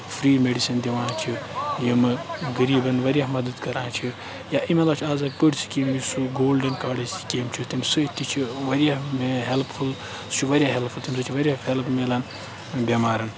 free medicine دِوان چھِ یِمہٕ غریٖبَن واریاہ مَدَتھ کَران چھِ یا اَمہِ علاوٕ چھِ اَز اَکھ بٔڈۍ سِکیٖم یُس سُہ گولڈَن کارڈٕچ سِکیٖم چھِ تمہِ سۭتۍ تہِ چھِ واریاہ مےٚ ہٮ۪لٕپ فُل سُہ چھُ واریاہ ہٮ۪لٕپ فُل تمہِ سۭتۍ چھِ واریاہ ہیٚلٕپ میلان بٮ۪مارَن